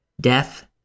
death